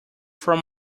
from